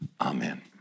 Amen